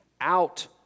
out